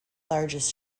largest